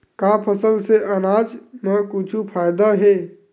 का फसल से आनाज मा कुछु फ़ायदा हे?